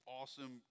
awesome